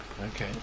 okay